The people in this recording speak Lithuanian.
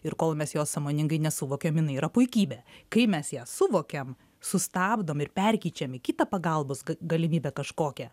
ir kol mes jos sąmoningai nesuvokiam jinai yra puikybė kai mes ją suvokiam sustabdom ir perkeičiam į kitą pagalbos galimybę kažkokią